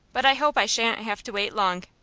but i hope i shan't have to wait long.